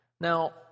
Now